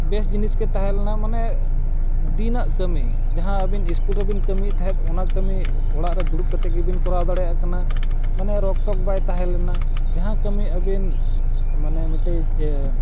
ᱵᱮᱥ ᱡᱤᱱᱤᱥᱠᱮ ᱛᱟᱦᱮᱸ ᱞᱮᱱᱟ ᱢᱟᱱᱮ ᱫᱤᱱᱟᱜ ᱠᱟᱹᱢᱤ ᱡᱟᱦᱟᱸ ᱟᱹᱵᱤᱱ ᱤᱥᱠᱩᱞ ᱨᱤᱵᱤᱱ ᱠᱟᱹᱢᱤᱭᱮᱫ ᱛᱟᱦᱮᱸᱫ ᱚᱱᱟ ᱠᱟᱹᱢᱤ ᱚᱲᱟᱜ ᱨᱮ ᱫᱩᱲᱩᱵ ᱠᱟᱛᱮᱫ ᱜᱤᱵᱤᱱ ᱠᱚᱨᱟᱣ ᱫᱟᱲᱮᱭᱟᱜ ᱠᱟᱱᱟ ᱢᱟᱱᱮ ᱨᱚᱠᱛᱚᱠ ᱵᱟᱭ ᱛᱟᱦᱮᱸ ᱞᱮᱱᱟ ᱡᱟᱦᱟᱸ ᱠᱟᱹᱢᱤ ᱟᱹᱵᱤᱱ ᱢᱟᱱᱮ ᱢᱤᱫᱴᱤᱡ ᱮ